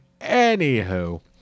Anywho